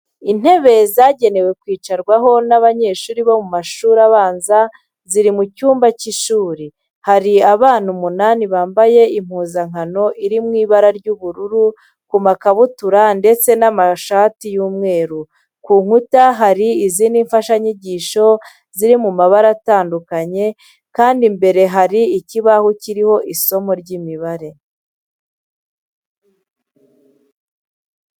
Intebe zagenewe kwicarwaho n'abanyeshuri bo mu mashuri abanza ziri mu cyumba cy'ishuri. Hari abana umunani bambaye impuzankano iri mu ibara ry'ubururu ku makabutura ndetse n'amashati y'umweru. Ku nkuta hariho izindi mfashanyigisho ziri mu mabara atandukanye kandi imbere hari ikibaho kiriho isomo ry'imibare.